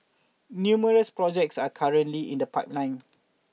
numerous projects are currently in the pipeline